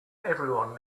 everyone